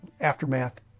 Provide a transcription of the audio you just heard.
Aftermath